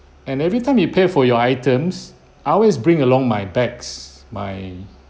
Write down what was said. and every time you pay for your items I always bring along my bags my